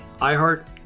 iHeart